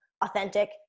authentic